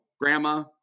grandma